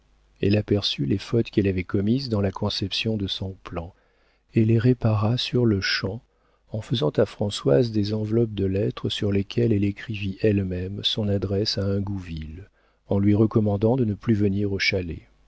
elle aperçut les fautes qu'elle avait commises dans la conception de son plan et les répara sur-le-champ en faisant à françoise des enveloppes de lettres sur lesquelles elle écrivit elle-même son adresse à ingouville en lui recommandant de ne plus venir au chalet